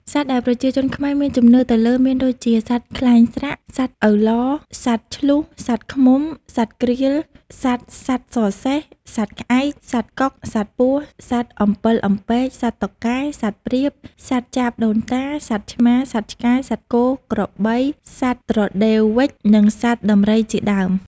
សត្វដែលប្រជាជនខ្មែរមានជំនឿទៅលើមានដូចជា សត្វខ្លែងស្រាក សត្វឪឡ សត្វឈ្លូស សត្វឃ្មុំ សត្វក្រៀល សត្វសត្វសសេះ សត្វក្អែក សត្វកុក សត្វពស់ សត្វអំពិលអំពែក សត្វតុកកែ សត្វព្រាប សត្វចាបដូនតា សត្វឆ្មា សត្វឆ្កែ សត្វគោ ក្របី សត្វត្រដេវវ៉ិច និងសត្វដំរីជាដើម។